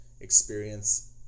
experience